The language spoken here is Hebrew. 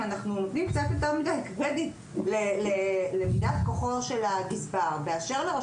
אנחנו נותנים קצת יותר מדי קרדיט למידת כוחו של הגזבר בבתי